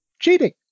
cheating